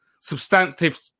substantive